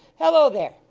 hallo there!